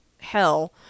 hell